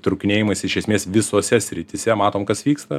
trūkinėjimais iš esmės visose srityse matom kas vyksta